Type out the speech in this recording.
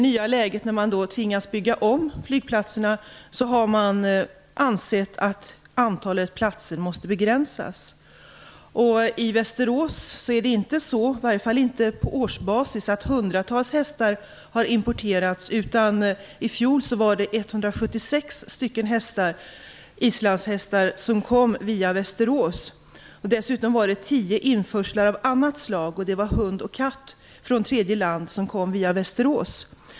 När man nu tvingas bygga om flygplatserna har man ansett att antalet måste begränsas. Det är inte hundratals hästar som importeras via Västerås, i varje fall inte på årsbasis. I fjol kom 176 islandshästar via Västerås. Dessutom hade man i tio fall införsel av annat slag - hundar och katter från tredje land.